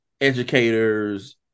educators